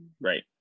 Right